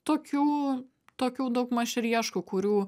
tokių tokių daugmaž ir ieškau kurių